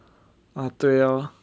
ah 对 lor